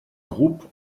groupe